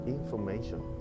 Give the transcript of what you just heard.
information